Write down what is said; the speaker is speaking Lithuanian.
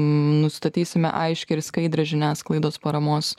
nustatysime aiškią ir skaidrią žiniasklaidos paramos